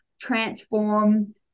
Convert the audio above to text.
transform